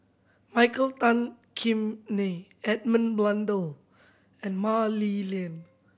Michael Tan Kim Nei Edmund Blundell and Mah Li Lian